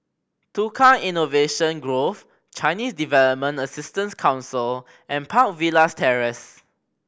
Tukang Innovation Grove Chinese Development Assistance Council and Park Villas Terrace